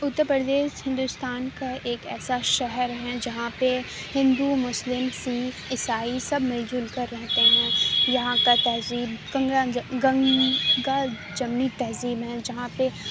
اتر پردیش ہندوستان کا ایک ایسا شہر ہیں جہاں پہ ہندو مسلم سیکھ عیسائی سب مل جل کر رہتے ہیں یہاں کا تہذیب گنگا جمنی تہذیب ہیں جہاں پہ